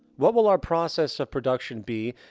what will our process of production be,